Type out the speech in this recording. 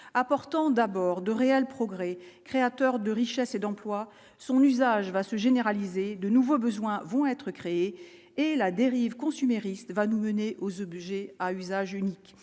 apportant d'abord de réels progrès, créateur de richesses et d'emplois, son usage va se généraliser de nouveaux besoins vont être créés et la dérive consumériste va nous mener aux objets à usage unique